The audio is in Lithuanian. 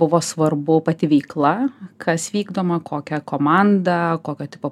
buvo svarbu pati veikla kas vykdoma kokia komanda kokio tipo